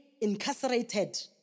incarcerated